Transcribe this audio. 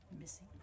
missing